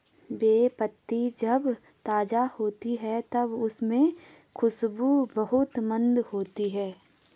बे पत्ती जब ताज़ा होती है तब उसमे खुशबू बहुत मंद होती है